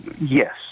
yes